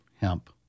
hemp